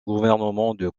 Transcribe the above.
gouvernement